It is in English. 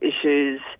issues